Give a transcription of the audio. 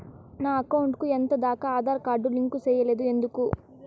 నా అకౌంట్ కు ఎంత దాకా ఆధార్ కార్డు లింకు సేయలేదు ఎందుకు